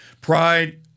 pride